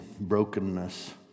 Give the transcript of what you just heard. brokenness